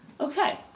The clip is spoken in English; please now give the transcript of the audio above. Okay